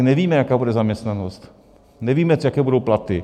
Nevíme, jaká bude zaměstnanost, nevíme, jaké budou platy.